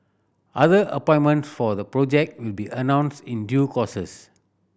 other appointments for the project will be announced in due courses